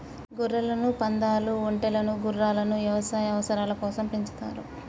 గొర్రెలను, పందాలు, ఒంటెలను గుర్రాలను యవసాయ అవసరాల కోసం పెంచుతారు